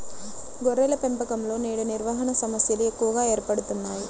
గొర్రెల పెంపకంలో నేడు నిర్వహణ సమస్యలు ఎక్కువగా ఏర్పడుతున్నాయి